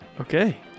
Okay